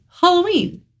Halloween